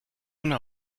una